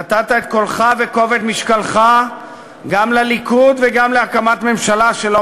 נתת את קולך וכובד משקלך גם לליכוד וגם להקמת ממשלה שלא